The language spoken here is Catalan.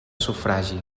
sufragi